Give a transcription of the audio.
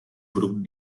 produkte